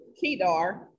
Kedar